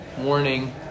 morning